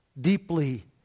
deeply